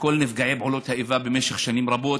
וכל נפגעי פעולות האיבה במשך שנים רבות,